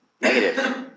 negative